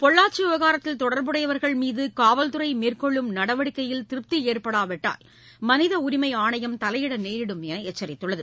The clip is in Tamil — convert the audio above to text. பொள்ளாச்சிவிவகாரத்தில் தொடர்புடையவர்கள்மீதுகாவல்துறைமேற்கொள்ளும் நடவடிக்கையில் திருப்திஏற்படாவிட்டால் மனிதஉரிமைஆணையம் தலையிடநேரிடும் எனஎச்சரித்துள்ளது